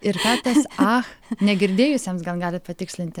ir ką tas ach negirdėjusiems gal galit patikslinti